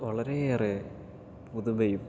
വളരെയേറെ പുതുമയും